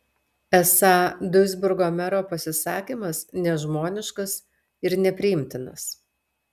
esą duisburgo mero pasisakymas nežmoniškas ir nepriimtinas